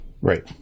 Right